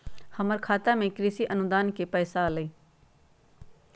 हमर खाता में कृषि अनुदान के पैसा अलई?